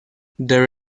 there